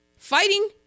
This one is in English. Fighting